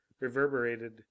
reverberated